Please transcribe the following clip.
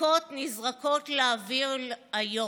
מתקתקות נזרקות לאוויר היום.